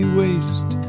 waste